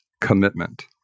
commitment